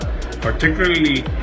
particularly